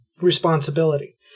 responsibility